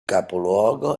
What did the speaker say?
capoluogo